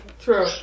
True